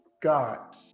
God